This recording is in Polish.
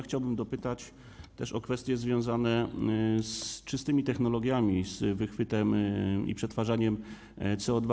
Chciałbym dopytać też o kwestie związane z czystymi technologami, z wychwytem i przetwarzaniem CO2.